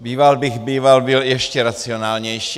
Býval bych býval byl ještě racionálnější.